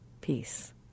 peace